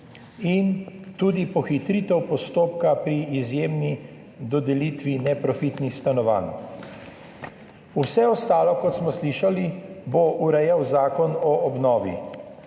in tudi pohitritev postopka pri izjemni dodelitvi neprofitnih stanovanj. Vse ostalo, kot smo slišali, bo urejal Zakon o obnovi.